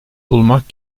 bulmak